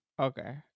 okay